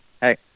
Hey